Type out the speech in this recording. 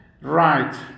Right